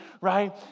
right